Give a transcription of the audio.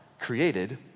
created